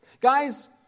Guys